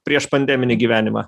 prieš pandeminį gyvenimą